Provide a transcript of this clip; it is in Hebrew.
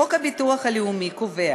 חוק הביטוח הלאומי קובע